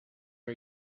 are